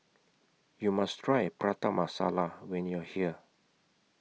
YOU must Try Prata Masala when YOU Are here